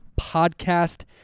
Podcast